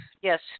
Yes